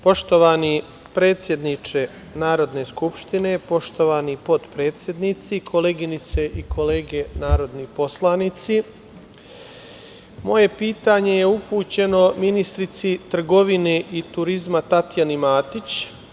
Poštovani predsedniče Narodne skupštine i poštovani potpredsednici, koleginice i kolege narodni poslanici, moje pitanje je upućeno ministarki trgovine i turizma Tatjani Matić.